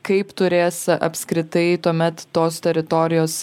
kaip turės apskritai tuomet tos teritorijos